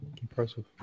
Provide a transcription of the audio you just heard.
Impressive